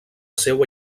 seua